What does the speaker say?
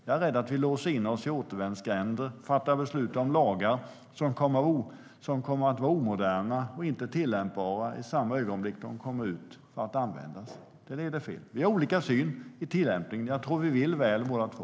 Jag är rädd för att vi låser in oss i återvändsgränder och fattar beslut om lagar som kommer att vara omoderna och inte tillämpbara i samma ögonblick som de kommer ut för att användas. Det leder fel. Vi har olika syn när det gäller tillämpningen. Jag tror att vi vill väl båda två.